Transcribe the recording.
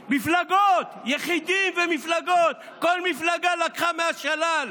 מפלגות, יחידים ומפלגות, כל מפלגה לקחה מהשלל.